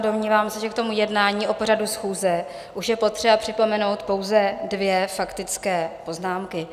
Domnívám se, že k tomu jednání o pořadu schůze už je potřeba připomenout pouze dvě faktické poznámky.